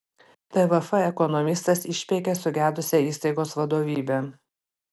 tvf ekonomistas išpeikė sugedusią įstaigos vadovybę